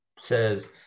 says